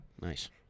Nice